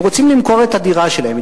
והם רוצים למכור את הדירה שלהם,